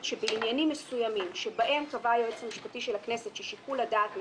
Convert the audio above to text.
שבעניינים מסוימים שבהם קבע היועץ המשפטי של הכנסת ששיקול הדעת מצומצם,